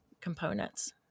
components